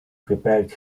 prepared